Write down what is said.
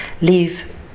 leave